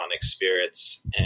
spirits